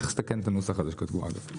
צריך לתקן את הנוסח הזה שכתבו, אגב.